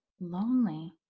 Lonely